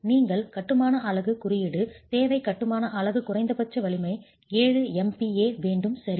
நீங்கள் கட்டுமான அலகு குறியீடு தேவை கட்டுமான அலகு குறைந்தபட்ச வலிமை 7 MPa வேண்டும் சரி